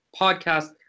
podcast